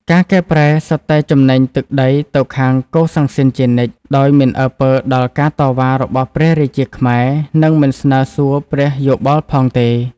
ការកែប្រែ សុទ្ធតែចំណេញទឹកដីទៅខាងកូសាំងស៊ីនជានិច្ច ដោយមិនអើពើដល់ការតវ៉ារបស់ព្រះរាជាខ្មែរ និងមិនស្នើសួរព្រះយោបល់ផងទេ។